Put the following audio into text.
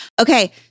Okay